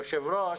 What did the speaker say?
היושב-ראש,